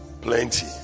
plenty